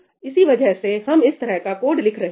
इसी वजह से हम इस तरह का कोड लिख रहे हैं